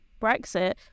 Brexit